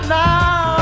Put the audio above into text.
now